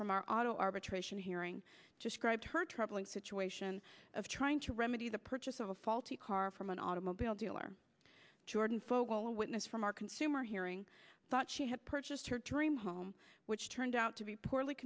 from our auto arbitration hearing just grabbed her troubling situation of trying to remedy the purchase of a faulty car from an automobile dealer jordan for a witness from our consumer hearing thought she had purchased her dream home which turned out to be poorly